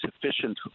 sufficient